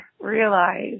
realize